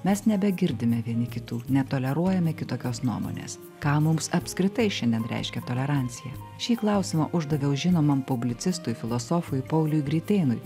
mes nebegirdime vieni kitų netoleruojame kitokios nuomonės ką mums apskritai šiandien reiškia tolerancija šį klausimą uždaviau žinomam publicistui filosofui pauliui gritėnui